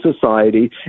society